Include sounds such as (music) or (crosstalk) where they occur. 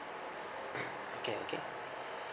(noise) okay okay